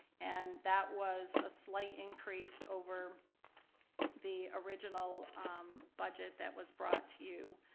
and that was a slight increase over the original budget that was brought to you